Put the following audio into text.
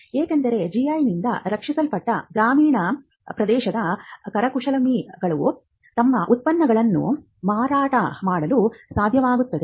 ಏಕೆಂದರೆ ಜಿಐನಿಂದ ರಕ್ಷಿಸಲ್ಪಟ್ಟ ಗ್ರಾಮೀಣ ಪ್ರದೇಶದ ಕುಶಲಕರ್ಮಿಗಳು ತಮ್ಮ ಉತ್ಪನ್ನಗಳನ್ನು ಮಾರಾಟ ಮಾಡಲು ಸಾಧ್ಯವಾಗುತ್ತದೆ